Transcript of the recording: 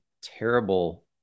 terrible